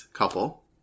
couple